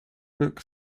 book